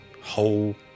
whole